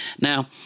Now